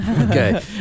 Okay